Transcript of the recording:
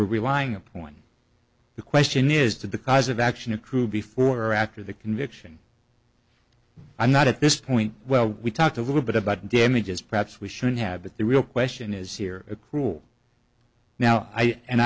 we're relying upon the question is did the cause of action accrue before or after the conviction i'm not at this point well we talked a little bit about damages perhaps we should have but the real question is here it cruel now i and